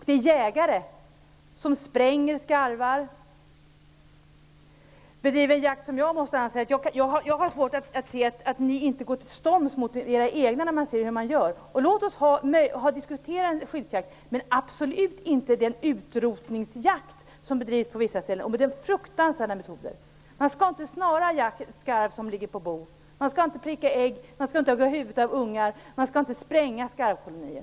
Det är jägare som spränger skarvar. Jag har svårt att se att ni inte går till storms mot era egna när ni ser hur man gör. Låt oss diskutera skyddjakt. Men det skall absolut inte vara den utrotningsjakt som bedrivs på vissa ställen med fruktansvärda metoder. Man skall inte snara skarv som ligger på bo. Man skall inte pricka ägg. Man skall inte hugga huvudet av ungar, och man skall inte spränga skarvkolonier.